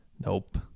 Nope